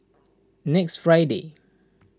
next Friday